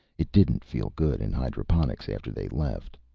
it didn't feel good in hydroponics after they left.